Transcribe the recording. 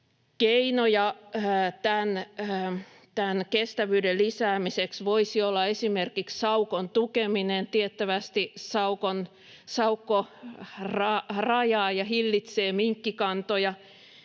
Keinoja tämän kestävyyden lisäämiseksi voisi olla esimerkiksi saukon tukeminen — tiettävästi saukko rajaa ja hillitsee minkkikantoja